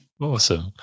Awesome